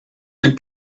and